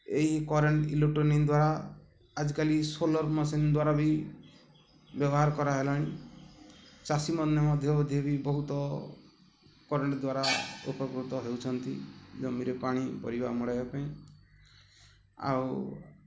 ଏହି current electronic ଦ୍ୱାରା ଆଜିକାଲି ସୋଲାର୍ ମେସିନ୍ ଦ୍ୱାରା ବି ବ୍ୟବହାର କରା ହେଲାଣି ଚାଷୀମାନେ ମଧ୍ୟ ମଧ୍ୟ ବି ବହୁତ କରେଣ୍ଟ୍ ଦ୍ୱାରା ଉପକୃତ ହେଉଛନ୍ତି ଜମିରେ ପାଣି ପରିବା ମଡ଼େଇବା ପାଇଁ ଆଉ